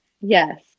Yes